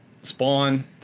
Spawn